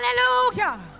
Hallelujah